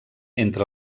entre